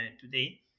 today